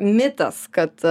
mitas kad